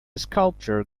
sculptor